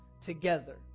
Together